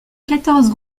quatorze